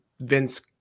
Vince